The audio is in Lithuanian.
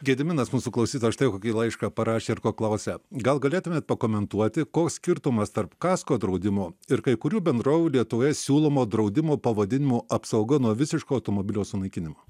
gediminas mūsų klausytojas štai kokį laišką parašė ir ko klausia gal galėtumėt pakomentuoti koks skirtumas tarp kasko draudimo ir kai kurių bendrovių lietuvoje siūlomo draudimo pavadinimu apsauga nuo visiško automobilio sunaikinimo